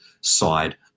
side